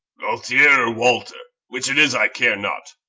gualtier or walter, which it is i care not,